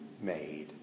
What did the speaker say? made